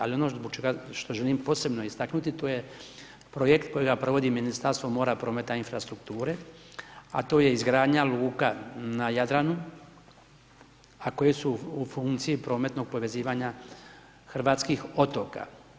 Ali ono zbog čega, što želim posebno istaknuti, to je projekt kojega provodi Ministarstvo mora, prometa i infrastrukture, a to je izgradnja luka na Jadranu, a koje su u funkciji prometnog povezivanja hrvatskih otoka.